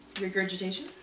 Regurgitation